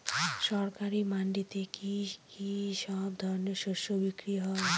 সরকারি মান্ডিতে কি সব ধরনের শস্য বিক্রি হয়?